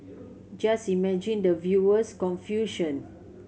just imagine the viewer's confusion